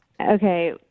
Okay